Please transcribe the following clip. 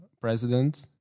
president